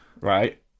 Right